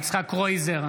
בעד יצחק קרויזר,